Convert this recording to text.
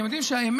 אתם יודעים שהאמת,